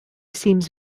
seems